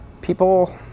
people